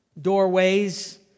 doorways